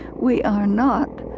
we are not